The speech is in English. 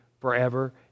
forever